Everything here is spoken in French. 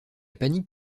panique